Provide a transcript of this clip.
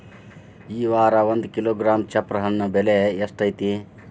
ಈ ವಾರ ಒಂದು ಕಿಲೋಗ್ರಾಂ ಚಪ್ರ ಹಣ್ಣ ಬೆಲೆ ಎಷ್ಟು ಐತಿ?